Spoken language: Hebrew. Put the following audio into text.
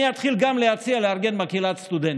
גם אני אתחיל להציע לארגן מקהלת סטודנטים.